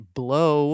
blow